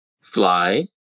Fly